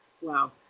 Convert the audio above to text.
wow